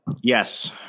yes